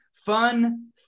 Fun